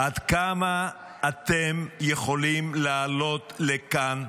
עד כמה אתם יכולים לעלות לכאן,